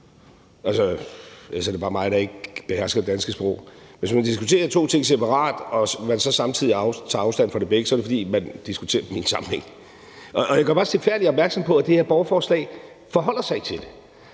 også er det bare mig, der ikke behersker det danske sprog. Altså, hvis man diskuterer de to ting separat og man så samtidig tager afstand fra dem begge, er det, fordi man diskuterer dem i en sammenhæng. Jeg gør bare stilfærdigt opmærksom på, at det her borgerforslag ikke forholder sig til det.